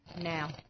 now